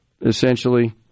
essentially